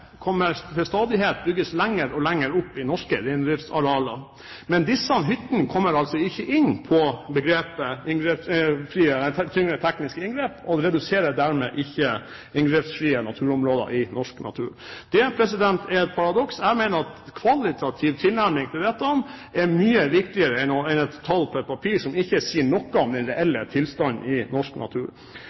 til stadighet bygges lenger og lenger opp i norske reindriftsarealer, men disse hyttene kommer altså ikke inn under tyngre tekniske inngrep, og reduserer dermed ikke inngrepsfrie naturområder i norsk natur. Det er et paradoks. Jeg mener at kvalitativ tilnærming til dette er mye viktigere enn et tall på et papir, som ikke sier noe om den reelle tilstanden i norsk natur.